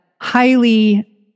highly